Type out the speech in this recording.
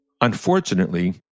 Unfortunately